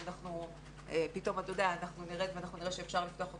אם פתאום נרד ונראה שאפשר לפתוח הכול,